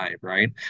right